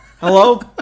hello